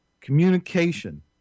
communication